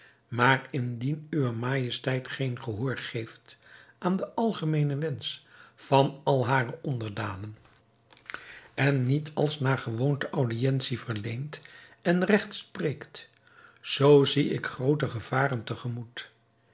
maar indien uwe majesteit geen gehoor geeft aan den algemeenen wensch van al hare onderdanen en niet als naar gewoonte audientie verleent en regt spreekt zoo zie ik groote gevaren